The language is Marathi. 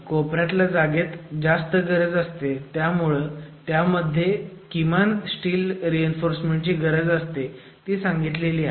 कोपऱ्यातल्या जागेत जास्त गरज असते त्यामुळे टाय कॉलम मध्ये किमान स्टील रीइन्फोर्समेंट ची गरज असते ती संगीतलेली आहे